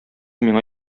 миңа